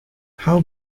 how